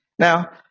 Now